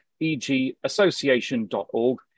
egassociation.org